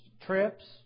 trips